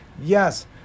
Yes